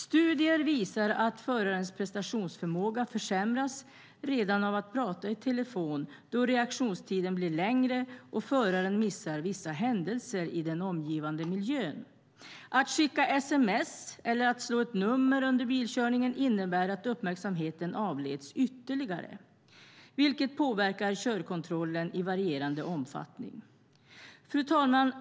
Studier visar att förarens prestationsförmåga försämras redan av att prata i telefon, då reaktionstiden blir längre och föraren missar vissa händelser i den omgivande miljön. Att skicka sms eller att slå ett nummer under bilkörningen innebär att uppmärksamheten avleds ytterligare, vilket påverkar körkontrollen i varierande omfattning. Fru talman!